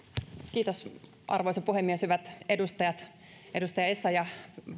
arvoisa puhemies hyvät edustajat edustaja essayah